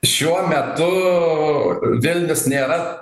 šiuo metu vilnius nėra